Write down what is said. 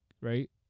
right